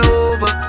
over